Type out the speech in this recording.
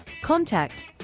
Contact